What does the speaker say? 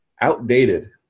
outdated